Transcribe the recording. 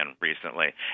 recently